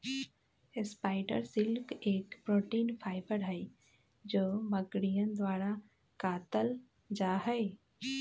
spider silk एक protein fibre हई जो मकड़ियन द्वारा कातल जाहई